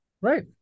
Right